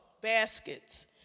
baskets